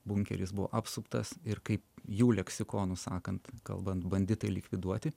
bunkeris buvo apsuptas ir kaip jų leksikonu sakant kalbant banditai likviduoti